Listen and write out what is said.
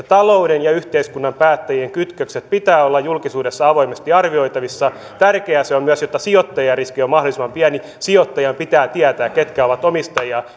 talouden ja yhteiskunnan päättäjien kytkösten pitää olla julkisuudessa avoimesti arvioitavissa tärkeää se on myös jotta sijoittajariski on mahdollisimman pieni sijoittajan pitää tietää ketkä ovat omistajia